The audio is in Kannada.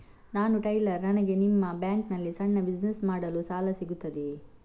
ನಾನು ಟೈಲರ್, ನನಗೆ ನಿಮ್ಮ ಬ್ಯಾಂಕ್ ನಲ್ಲಿ ಸಣ್ಣ ಬಿಸಿನೆಸ್ ಮಾಡಲು ಸಾಲ ಸಿಗುತ್ತದೆಯೇ?